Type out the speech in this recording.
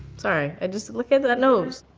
sorry, i just, look at that that nose.